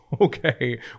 Okay